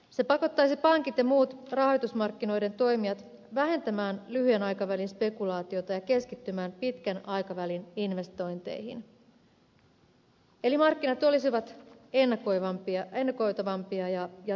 se pakottaisi pankit ja muut rahoitusmarkkinoiden toimijat vähentämään lyhyen aikavälin spekulaatiota ja keskittymään pitkän aikavälin investointeihin eli markkinat olivat ennakoitavampia ja turvallisempia